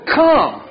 come